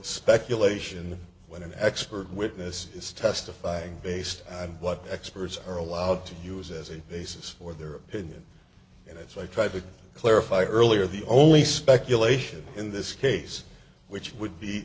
speculation when an expert witness is testifying based on what experts are allowed to use as a basis for their opinion and as i tried to clarify earlier the only speculation in this case which would be